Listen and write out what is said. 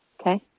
Okay